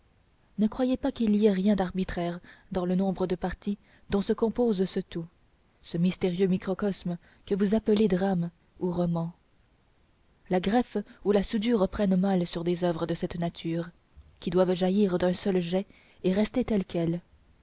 ne croyez pas qu'il y ait rien d'arbitraire dans le nombre de parties dont se compose ce tout ce mystérieux microcosme que vous appelez drame ou roman la greffe ou la soudure prennent mal sur des oeuvres de cette nature qui doivent jaillir d'un seul jet et rester telles quelles